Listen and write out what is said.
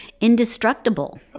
indestructible